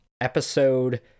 Episode